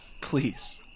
Please